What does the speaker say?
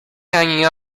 hanging